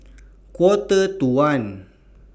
Quarter to one